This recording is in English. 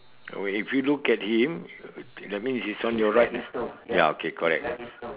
oh if you look at him that means it's on your right ah ya okay correct